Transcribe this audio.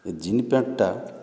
ଜିନ୍ ପେଣ୍ଟ୍ଟା